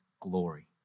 glory